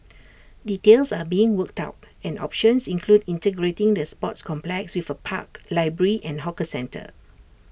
details are being worked out and options include integrating the sports complex with A park library and hawker centre